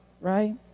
right